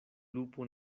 lupo